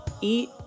eat